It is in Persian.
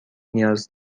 نیاز